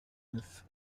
neuf